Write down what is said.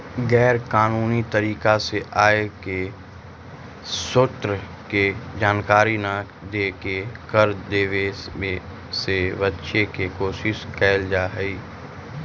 गैर कानूनी तरीका से आय के स्रोत के जानकारी न देके कर देवे से बचे के कोशिश कैल जा हई